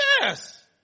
Yes